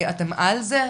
אתם על זה?